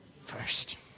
First